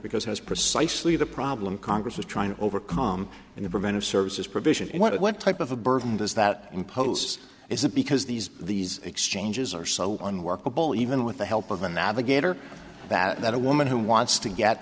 because precisely the problem congress is trying to overcome in the preventive services provision what type of a burden does that impose is it because these these exchanges are so unworkable even with the help of a navigator that a woman who wants to get